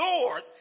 Lord